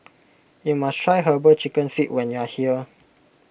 you must try Herbal Chicken Feet when you are here